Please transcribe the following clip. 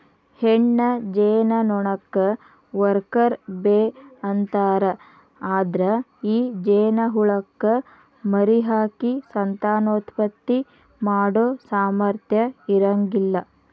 ಹೆಣ್ಣ ಜೇನನೊಣಕ್ಕ worker bee ಅಂತಾರ, ಅದ್ರ ಈ ಜೇನಹುಳಕ್ಕ ಮರಿಹಾಕಿ ಸಂತಾನೋತ್ಪತ್ತಿ ಮಾಡೋ ಸಾಮರ್ಥ್ಯ ಇರಂಗಿಲ್ಲ